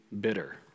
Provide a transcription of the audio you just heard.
bitter